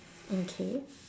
okay